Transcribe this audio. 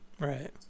Right